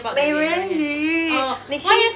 美人鱼你情